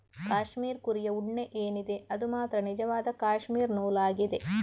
cashmere ಕುರಿಯ ಉಣ್ಣೆ ಏನಿದೆ ಅದು ಮಾತ್ರ ನಿಜವಾದ ಕ್ಯಾಶ್ಮೀರ್ ನೂಲು ಆಗಿದೆ